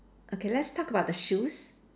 okay let's talk about the shoes